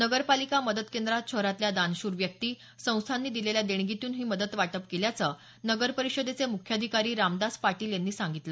नगरपालिका मदत केंद्रात शहरातल्या दानशूर व्यक्ती संस्थांनी दिलेल्या देणगीतून ही मदत वाटप केल्याचं नगरपरिषदेचे मुख्याधिकारी रामदास पाटील यांनी सांगितलं